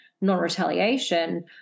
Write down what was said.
non-retaliation